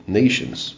nations